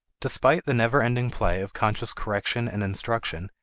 despite the never ending play of conscious correction and instruction,